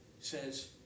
says